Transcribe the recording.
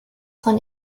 von